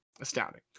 Astounding